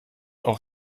auch